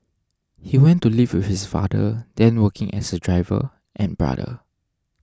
he went to live with his father then working as a driver and brother